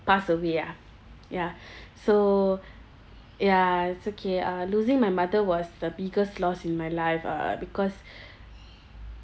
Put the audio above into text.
passed away ah ya so ya it's okay uh losing my mother was the biggest loss in my life uh because